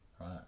Right